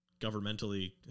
governmentally